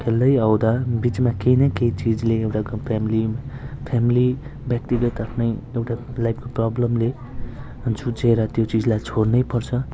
खेल्दै आउँदा बिचमा केही न केही चिजले एउटा फ्यामिली फ्यामिली व्यक्तिगत आफ्नै एउटा लाइक प्रब्लमले जुझेर त्यो चिजलाई छोड्नैपर्छ